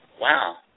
wow